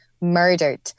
murdered